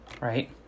right